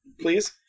please